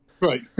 Right